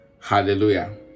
Hallelujah